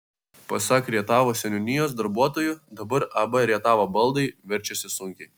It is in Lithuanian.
pasak rietavo seniūnijos darbuotojų dabar ab rietavo baldai verčiasi sunkiai